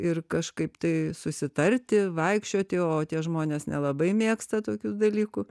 ir kažkaip tai susitarti vaikščioti o tie žmonės nelabai mėgsta tokių dalykų